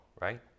right